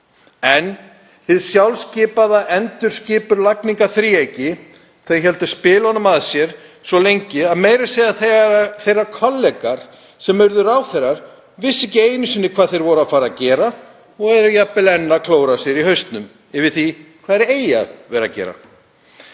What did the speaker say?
En hið sjálfskipaða endurskipulagningarþríeyki hélt spilunum að sér svo lengi að meira að segja kollegar þeirra sem urðu ráðherrar vissu ekki einu sinni hvað þeir voru að fara að gera og eru jafnvel enn að klóra sér í hausnum yfir því hvað þeir eigi að vera að gera.